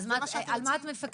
אז על מה את מפקחת?